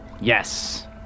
Yes